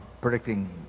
predicting